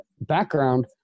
background